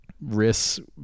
risks